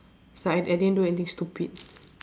it's like I I didn't do anything stupid